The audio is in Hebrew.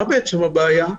מה בעצם הבעיה?